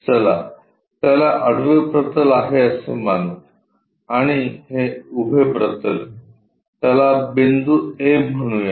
चला त्याला आडवे प्रतल आहे असे मानू आणि हे उभे प्रतल त्याला बिंदू A म्हणू या